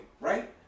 right